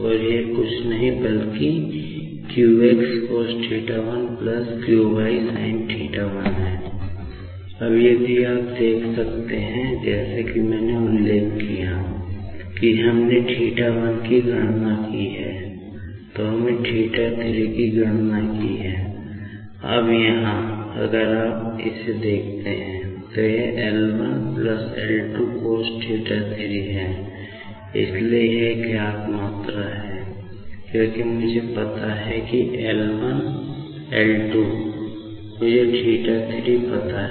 और यह कुछ भी नहीं बल्कि q x cosθ 1 q ysinθ 1 है अब यदि आप अब तक देखते हैं जैसा कि मैंने उल्लेख किया है कि हमने θ1 की गणना की है तो हमने θ3 की गणना की है अब यहाँ अगर आप ऐसा देखते हैं तो यह L 1 L 2 cosθ3 है इसलिए यह ज्ञात मात्रा है क्योंकि मुझे पता है कि L 1 L 2 मुझे θ3 पता है